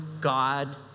God